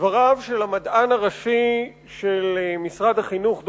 דבריו של המדען הראשי של משרד החינוך,